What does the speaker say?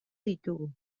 ditugu